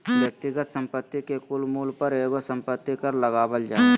व्यक्तिगत संपत्ति के कुल मूल्य पर एगो संपत्ति कर लगावल जा हय